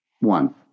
One